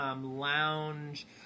lounge